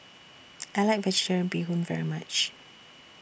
I like Vegetarian Bee Hoon very much